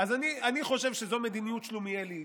אני חושב שזאת מדיניות שלומיאלית,